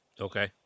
Okay